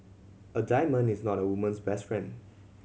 a diamond is not a woman's best friend